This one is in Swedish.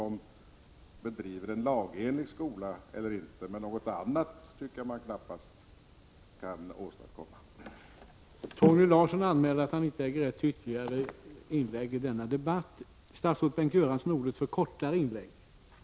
1985/86:144 undervisningen bedrivs på lagligt sätt. Några andra åtgärder tycker jag 16 maj 1986 k idta. knappast att man kan vidta Om den civila pilot